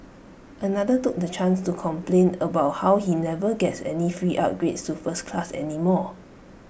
another took the chance to complain about how he never gets any free upgrades to first class anymore